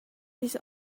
his